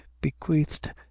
bequeathed